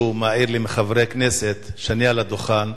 כשמעיר לי מישהו מחברי הכנסת כשאני על הדוכן,